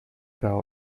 bell